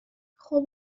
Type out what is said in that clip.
خوب